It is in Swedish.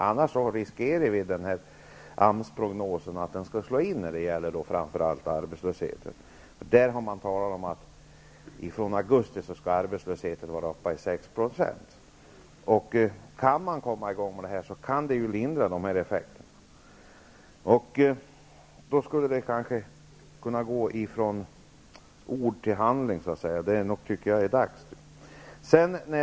Annars riskerar vi att AMS prognoser när det gäller framför allt arbetslösheten skall slå in. Där talas om att arbetslösheten från augusti kommer att vara uppe i 6 %. Kan man komma i gång med detta, kan effekterna lindras. Man skulle kanske kunna gå från ord till handling. Det är dags.